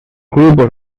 grupos